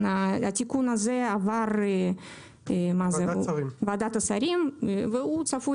התיקון הזה עבר בוועדת השרים והוא צפוי